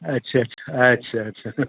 আচ্ছা আচ্ছা আচ্ছা আচ্ছা